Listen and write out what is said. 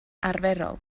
arferol